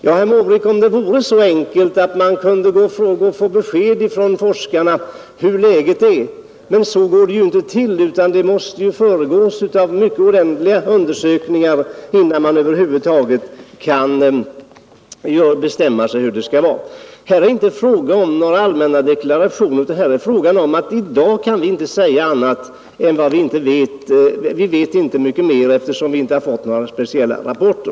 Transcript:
Ja, herr Måbrink, om det i och för sig vore så enkelt att man kunde gå och få besked från forskarna om hur läget är. Men så går det ju inte till, utan det måste föregås av mycket ordentliga undersökningar innan man över huvud taget kan bestämma sig för hur det skall vara. Här är inte fråga om några allmänna deklarationer, utan här är fråga om att i dag kan vi inte säga annat än att vi vet inte mycket mer eftersom vi inte har fått några speciella rapporter.